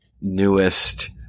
newest